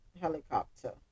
helicopter